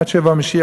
עד שיבוא המשיח,